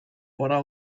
pora